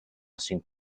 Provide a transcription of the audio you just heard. cinc